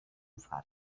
far